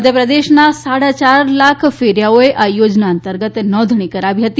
મધ્યપ્રદેશનાં સાડા ચાર લાખ ફેરીયાઓએ આ યો ના અંતર્ગત નોંધાણી કરાવી હતી